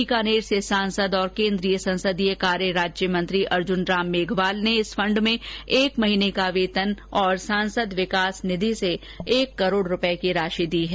बीकानेर से सांसद और केन्द्रीय संसदीय कार्य राज्य मंत्री अर्जुनराम मेघवाल ने इस फण्ड में एक महीने का वेतन और सांसद विकास निधि से एक करोड रूपये की राशि दी है